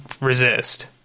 resist